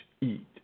eat